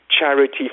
charity